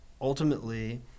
ultimately